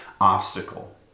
obstacle